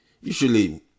Usually